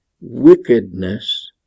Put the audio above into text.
wickedness